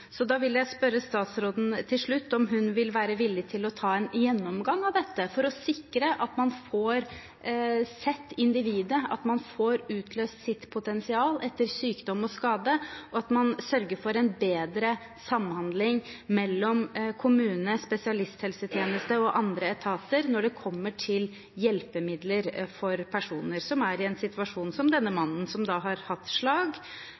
Da vil jeg til slutt spørre statsråden om hun vil være villig til å ta en gjennomgang av dette for å sikre at man får sett individet, og at man får utløst sitt potensial etter sykdom og skade, og for å sørge for en bedre samhandling mellom kommune, spesialisthelsetjeneste og andre etater når det kommer til hjelpemidler for personer som er i en situasjon som denne mannen, som har hatt slag